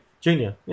junior